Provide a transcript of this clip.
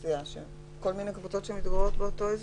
כל מיני קבוצות שמתגוררות באותו אזור.